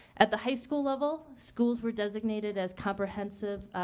at the high school level, schools were designated as comprehensive,